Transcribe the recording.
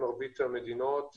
מרבית המדינות,